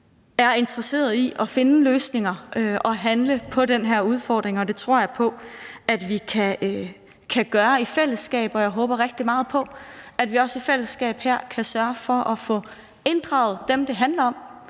på er interesseret i at finde løsninger og handle i forhold til den her udfordring. Det tror jeg på at vi kan gøre i fællesskab, og jeg håber rigtig meget på, at vi også i fællesskab her kan sørge for at få inddraget dem, det handler om,